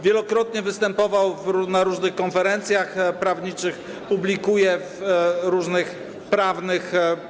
Wielokrotnie występował na różnych konferencjach prawniczych, publikuje w różnych pismach prawnych.